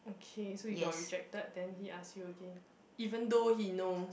okay so you got rejected then he ask you again even though he know